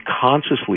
consciously